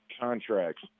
contracts